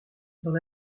dans